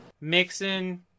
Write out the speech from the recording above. mixing